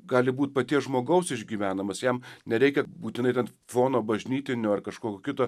gali būt paties žmogaus išgyvenamas jam nereikia būtinai ten fono bažnytinio ar kažkokio kito